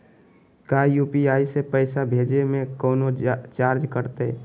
का यू.पी.आई से पैसा भेजे में कौनो चार्ज कटतई?